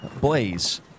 Blaze